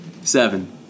Seven